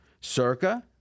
circa